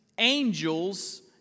Angels